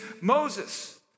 Moses